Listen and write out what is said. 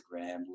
Instagram